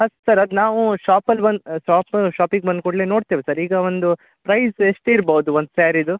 ಹಾಂ ಸರ್ ಅದು ನಾವೂ ಶಾಪಲ್ಲಿ ಬಂದು ಶಾಪ್ ಶಾಪಿಗೆ ಬಂದ ಕೂಡಲೇ ನೋಡ್ತೇವೆ ಸರ್ ಈಗ ಒಂದು ಪ್ರೈಸ್ ಎಷ್ಟಿರ್ಬೋದು ಒಂದು ಸ್ಯಾರಿದು